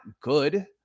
good